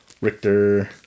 Richter